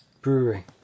brewery